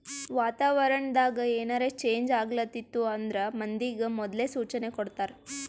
ವಾತಾವರಣ್ ದಾಗ್ ಏನರೆ ಚೇಂಜ್ ಆಗ್ಲತಿತ್ತು ಅಂದ್ರ ಮಂದಿಗ್ ಮೊದ್ಲೇ ಸೂಚನೆ ಕೊಡ್ತಾರ್